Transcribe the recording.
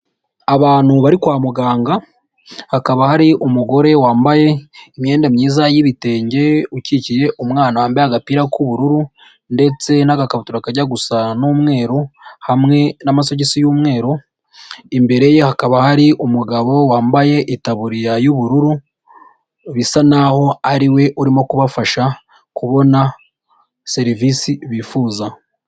Abantu bari kwa muganga. Hakaba hari umugore wambaye imyenda myiza y'ibitenge , ukikiye umwana wambaye agapira k'ubururu . Ndetse n'agakabutura kajya gusa n'umweru hamwe n'amasogisi y'umweru. Imbere ye hakaba hari umugabo wambaye itaburiya y'ubururu .Bisa naho ariwe urimo kubafasha kubona serivisi bifuza.